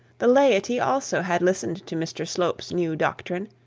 the laity also had listened to mr slope's new doctrine,